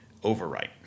overwrite